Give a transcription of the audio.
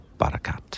Barakat